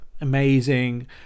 amazing